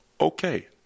okay